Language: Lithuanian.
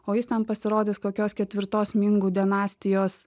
o jis ten pasirodys kokios ketvirtos mingų dinastijos